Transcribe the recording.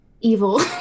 evil